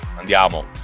Andiamo